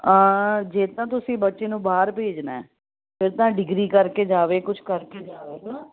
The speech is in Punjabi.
ਜੇ ਨਾ ਤੁਸੀਂ ਬੱਚੇ ਨੂੰ ਬਾਹਰ ਭੇਜਣਾ ਫਿਰ ਤਾਂ ਡਿਗਰੀ ਕਰਕੇ ਜਾਵੇ ਕੁਛ ਕਰਕੇ ਜਾਵੇ ਨਾ